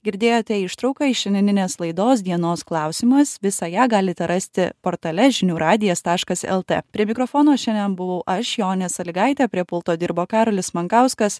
girdėjote ištrauką iš šiandieninės laidos dienos klausimas visą ją galite rasti portale žinių radijas taškas lt prie mikrofono šiandien buvau aš jonė sąlygaitė prie pulto dirbo karolis mankauskas